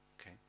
Okay